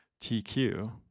TQ